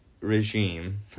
regime